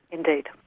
indeed.